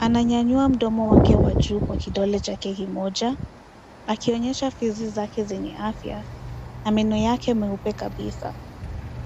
ananyanyua mdomo wake wa juu kwa kidole chake kimoja akionyesha fizi zake zenye afya na meno yake meupe kabisa.